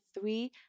three